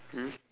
mm